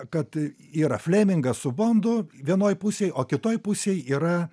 kad yra flemingas su bondu vienoj pusėj o kitoj pusėj yra